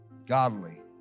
Godly